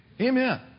Amen